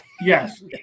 Yes